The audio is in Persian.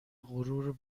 غرور